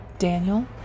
Daniel